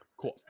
Cool